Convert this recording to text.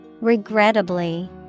Regrettably